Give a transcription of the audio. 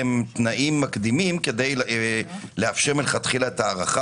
הם תנאים מקדימים כדי לאפשר מלכתחילה את ההארכה